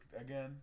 again